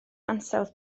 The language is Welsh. ansawdd